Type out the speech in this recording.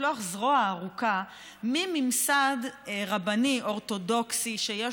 לשלוח זרוע ארוכה של ממסד רבני אורתודוקסי שיש